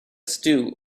stew